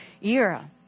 era